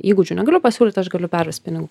įgūdžių negaliu pasiūlyt aš galiu pervest pinigų